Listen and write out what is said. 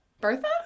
Bertha